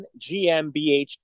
GmbH